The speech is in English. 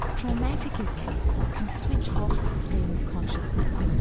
traumatic events can switch off the stream of consciousness,